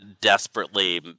desperately